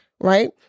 right